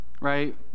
right